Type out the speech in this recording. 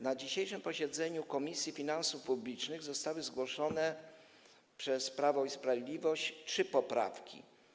Na dzisiejszym posiedzeniu Komisji Finansów Publicznych zostały zgłoszone przez Prawo i Sprawiedliwość trzy poprawki.